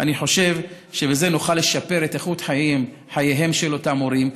אני חושב שבזה נוכל לשפר את איכות חייהם של אותם הורים,